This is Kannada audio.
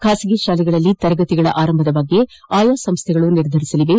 ಖಾಸಗಿ ಶಾಲೆಗಳಲ್ಲಿ ತರಗತಿಗಳ ಆರಂಭದ ಕುರಿತು ಆಯಾ ಸಂಸ್ಥೆಗಳು ನಿರ್ಧಾರ ಕೈಗೊಳ್ಳಲಿವೆ